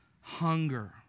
Hunger